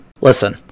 Listen